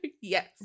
Yes